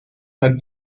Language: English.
had